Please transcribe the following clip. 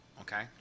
Okay